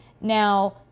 Now